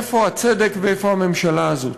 איפה הצדק ואיפה הממשלה הזאת?